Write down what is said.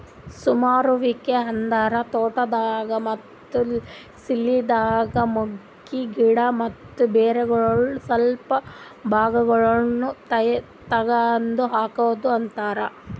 ಸಮರುವಿಕೆ ಅಂದುರ್ ತೋಟದಾಗ್, ಮತ್ತ ಸಿಲ್ವಿದಾಗ್ ಮಗ್ಗಿ, ಗಿಡ ಮತ್ತ ಬೇರಗೊಳ್ ಸ್ವಲ್ಪ ಭಾಗಗೊಳ್ ತೆಗದ್ ಹಾಕದ್ ಅಂತರ್